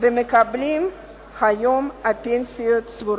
ומקבלים היום פנסיות צבורות.